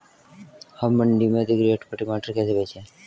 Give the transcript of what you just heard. हम मंडी में अधिक रेट पर टमाटर कैसे बेचें?